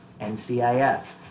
NCIS